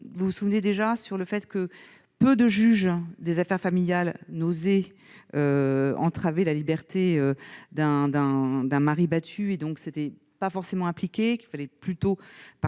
vous vous souvenez, déjà sur le fait que peu de juge des affaires familiales n'osez entraver la liberté d'un dans d'un mari battu et donc c'était pas forcément impliqué qu'il fallait plutôt partir,